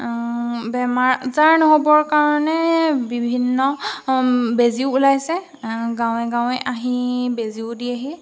বেমাৰ আজাৰ নহ'বৰ কাৰণে বিভিন্ন বেজী ওলাইছে গাঁৱে গাঁৱে আহি বেজীও দিয়েহি